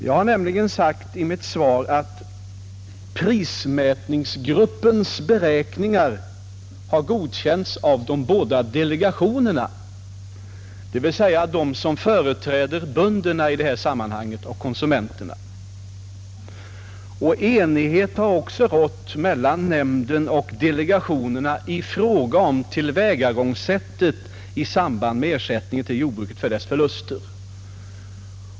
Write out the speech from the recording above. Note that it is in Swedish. Jag sade nämligen i mitt svar att prismätningsgruppens beräkningar godkänts av de båda delegationerna, dvs. av dem som företräder bönderna och konsumenterna i detta sammanhang. Enighet har också rått mellan nämnden och delegationerna i fråga om tillvägagångssättet i samband med ersättningen till jordbruket för dess förluster.